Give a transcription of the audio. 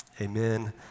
amen